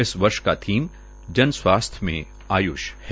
इस वर्ष का थीम जन स्वास्थ्य में आय्ष है